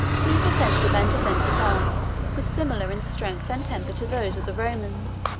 these offensive and defensive arms were similar in strength and temper to those of the romans,